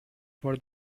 for